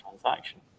transaction